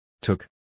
Took